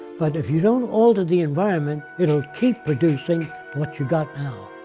but if you don't alter the environment, it'll keep producing what you got now.